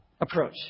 approach